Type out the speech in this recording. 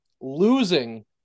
losing